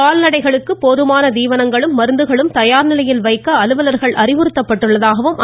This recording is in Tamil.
கால்நடைகளுக்கு போதுமான தீவனங்களும் மருந்துகளும் தயார் நிலையில் வைக்க அலுவலா்கள் அறிவுறுத்தப்பட்டுள்ளதாக குறிப்பிட்டார்